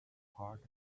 part